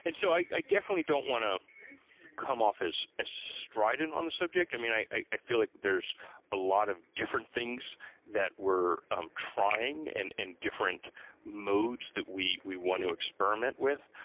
and so i definitely don't want to come off as ah strident on the subject. i mean, i i feel like there're a lot of different things that we're um trying and in different modes that we we want to experiment with.